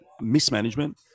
mismanagement